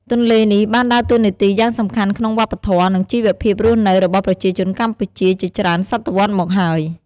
ទន្លេនេះបានដើរតួនាទីយ៉ាងសំខាន់ក្នុងវប្បធម៌ និងជីវភាពរស់នៅរបស់ប្រជាជនកម្ពុជាជាច្រើនសតវត្សមកហើយ។